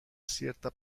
cierta